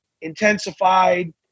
intensified